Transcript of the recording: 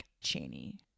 Cheney